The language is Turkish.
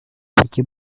peki